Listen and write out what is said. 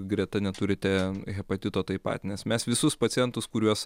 greta neturite hepatito taip pat nes mes visus pacientus kuriuos